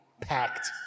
packed